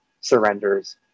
surrenders